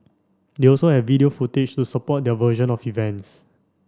they also have video footage to support their version of events